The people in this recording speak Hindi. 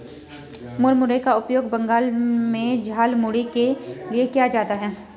मुरमुरे का उपयोग बंगाल में झालमुड़ी के लिए किया जाता है